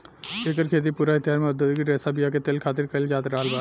एकर खेती पूरा इतिहास में औधोगिक रेशा बीया के तेल खातिर कईल जात रहल बा